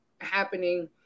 happening